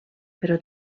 però